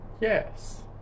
Yes